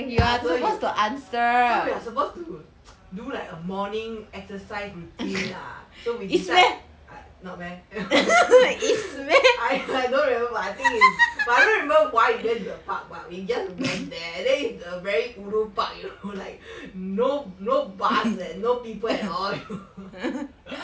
ya as though you so you are supposed to do like a morning exercise with me ya so we decide I not meh I I don't remember but I think is but I don't remember why we went to the park but we just went there then is a very ulu park you know like no no bus leh no people at all